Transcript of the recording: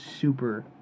super